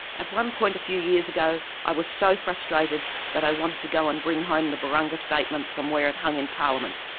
at one point a few years ago i was so frustrated that i wanted to go and bring home the barunga statement from where it hung in parliament.